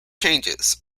changes